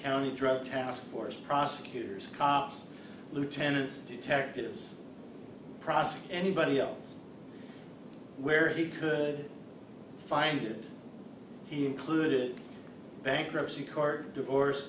county drug task force prosecutors cops lieutenants detectives prost anybody else where he could find it included bankruptcy court divorce